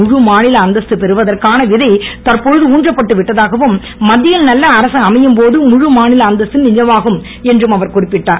முழு மாநில அந்தஸ்து பெறுவதற்கான விதை தற்போது ஊன்றப்பட்டு விட்டதாகவும் மத்தியில் நல்ல அரசு அமையும் போது ழுழுமாநில அந்தஸ்து நிஜமாகும் என்றும் அவர் குறிப்பிட்டார்